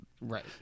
Right